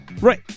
Right